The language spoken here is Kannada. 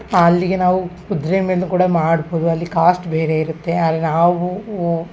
ಅಲ್ಲಿಗೆ ನಾವು ಕುದುರೆ ಮೇಲೆ ಕೂಡ ಮಾಡ್ಬೋದು ಅಲ್ಲಿ ಕಾಸ್ಟ್ ಬೇರೆ ಇರುತ್ತೆ ಅಲ್ಲಿ ನಾವು ವೂ